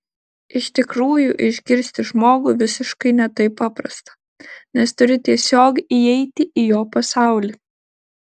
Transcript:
iš tikrųjų išgirsti žmogų visiškai ne taip paprasta nes turi tiesiog įeiti į jo pasaulį